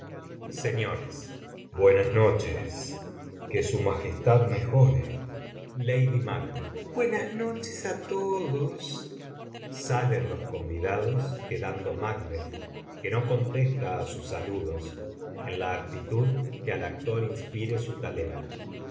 seguida buenas noches que su majestad mejore buenas noches á todos sálenlos convidados quedando macbeth que no contesta á sus saludos en la actitud que al actor inspire su talento